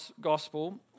gospel